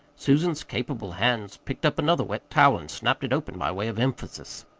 susan's capable hands picked up another wet towel and snapped it open by way of emphasis.